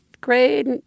grade